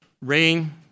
rain